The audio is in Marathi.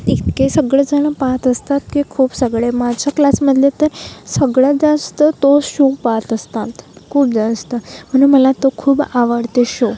इतके सगळेजणं पाहत असतात की खूप सगळे माझ्या क्लासमधले तर सगळ्यात जास्त तो शो पाहत असतात खूप जास्त म्हणून मला खूप आवडते शो